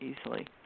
easily